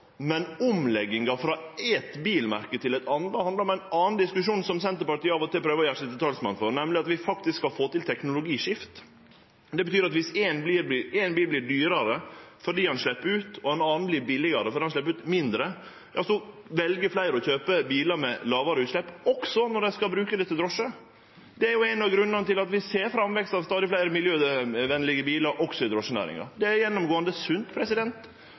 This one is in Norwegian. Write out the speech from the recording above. Men omlegginga frå eit bilmerke til eit anna handlar om ein annan diskusjon som Senterpartiet av og til prøver å gjere seg til talsmann for, nemlig at vi faktisk skal få til eit teknologiskifte. Det betyr at viss ein bil vert dyrare fordi han slepp ut og ein annen billigare fordi han slepp ut mindre, vel fleire å kjøpe bilar med lågare utslepp, òg når han skal brukast til drosje. Det er jo ein av grunnane til at vi ser framvekst av stadig fleire miljøvennlege bilar òg i drosjenæringa. Det er gjennomgåande sunt,